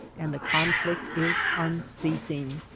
and the conflict is unceasing.